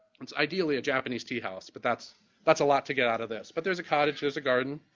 it's ideally a japanese tea house, but that's that's a lot to get out of this. but there's a cottage, there's a garden,